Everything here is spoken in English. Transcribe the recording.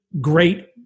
great